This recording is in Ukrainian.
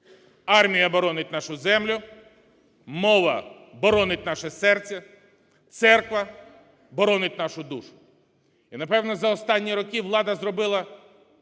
Армія боронить нашу землю. Мова боронить наше серце. Церква боронить нашу душу. І, напевно, за останні роки влада зробила,